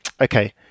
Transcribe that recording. Okay